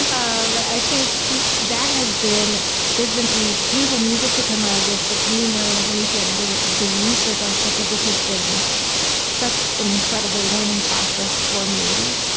i think yeah that has been there's been some beautiful music to come out of this, but to me, more than anything, the the research aspect of this has been such an incredible learning process, for me,